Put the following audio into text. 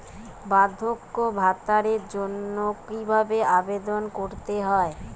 বার্ধক্য ভাতার জন্য কিভাবে আবেদন করতে হয়?